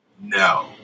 No